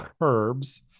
herbs